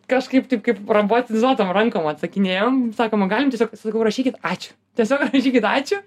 kažkaip taip kaip robotizuotom rankom atsakinėjom sakom o galim tiesiog sakau rašykit ačiū tiesiog rašykit ačiū